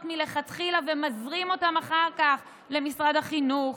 מלכתחילה ומזרים אותן אחר כך למשרד החינוך,